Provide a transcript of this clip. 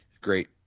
great